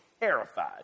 terrified